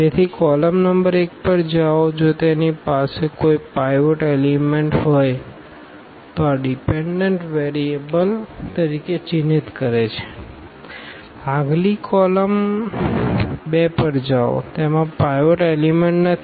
તેથી column number 1 પર જાઓ જો તેની પાસે કોઈ પાઈવોટ એલીમેન્ટ હોય તો આ ડીપેનડન્ટ વેરીએબલ તરીકે ચિહ્નિત કરે છે આગલી કોલમ 2 પર જાઓ તેમાં પાઈવોટ એલીમેન્ટ નથી